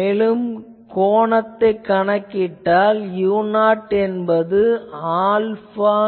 மேலும் கோணத்தைக் கணக்கில் கொண்டால் u0 என்பது அல்பா